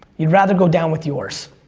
you'd rather go down with yours.